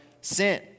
sin